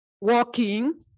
walking